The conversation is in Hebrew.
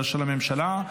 הממשלה,